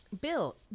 Bill